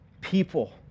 people